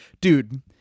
Dude